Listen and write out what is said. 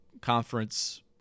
conference